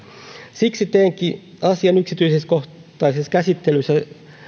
siksi teenkin asian yksityiskohtaisessa käsittelyssä